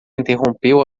interrompeu